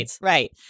Right